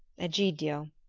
egidio,